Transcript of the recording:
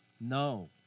No